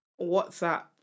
WhatsApp